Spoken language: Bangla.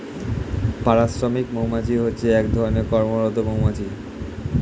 পাড়া শ্রমিক মৌমাছি হচ্ছে এক ধরণের কর্মরত মৌমাছি